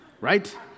right